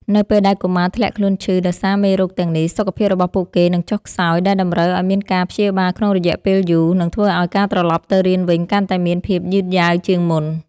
នៅពេលដែលកុមារធ្លាក់ខ្លួនឈឺដោយសារមេរោគទាំងនេះ សុខភាពរបស់ពួកគេនឹងចុះខ្សោយ ដែលតម្រូវឱ្យមានការព្យាបាលក្នុងរយៈពេលយូរ និងធ្វើឱ្យការត្រឡប់ទៅរៀនវិញកាន់តែមានភាពយឺតយ៉ាវជាងមុន។